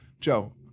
Joe